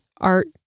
art